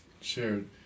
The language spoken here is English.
shared